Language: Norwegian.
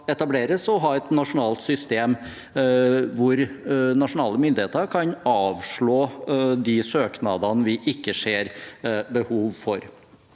etableres, og ha et nasjonalt system hvor nasjonale myndigheter kan avslå de søknadene vi ikke ser behov for.